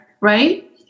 Right